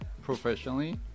professionally